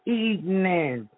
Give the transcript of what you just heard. evening